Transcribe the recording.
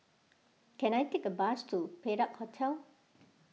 can I take a bus to Perak Hotel